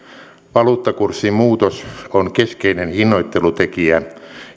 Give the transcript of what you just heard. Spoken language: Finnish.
valuuttakurssin muutos on keskeinen hinnoittelutekijä